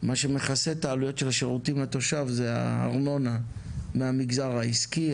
מה שמכסה את העלויות שירותים לתושב זה הארנונה מהמגזר העסקי,